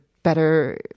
better